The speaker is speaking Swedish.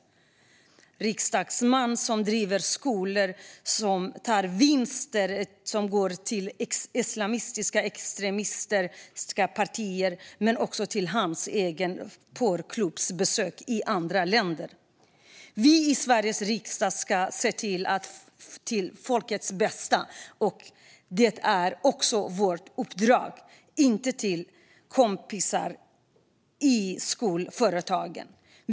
En riksdagsman driver skolor vars vinster går till islamistiska extremistiska partier och till hans egna porrklubbsbesök i andra länder. Vi i Sveriges riksdag har som uppdrag att se till folkets bästa, inte till vad som passar kompisarna i skolföretagen.